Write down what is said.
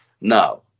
no